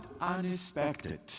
unexpected